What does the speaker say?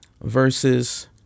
verses